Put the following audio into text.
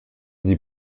sie